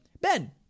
Ben